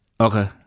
Okay